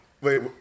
Wait